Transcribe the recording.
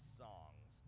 songs